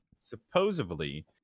supposedly